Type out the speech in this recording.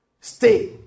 stay